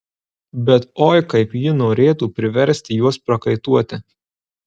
bet oi kaip ji norėtų priversti juos prakaituoti